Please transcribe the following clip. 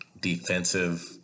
defensive